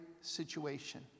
situation